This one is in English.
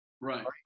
Right